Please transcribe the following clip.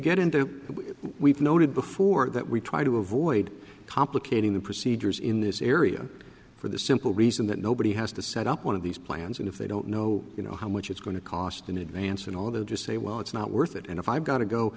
get into we've noted before that we try to avoid complicating the procedures in this area for the simple reason that nobody has to set up one of these plans and if they don't know you know how much it's going to cost in advance and all who just say well it's not worth it and if i've got to go